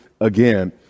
again